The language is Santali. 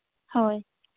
ᱦᱳᱭ